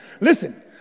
Listen